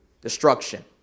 Destruction